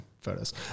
photos